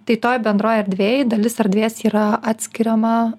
tai toj bendroj erdvėj dalis erdvės yra atskiriama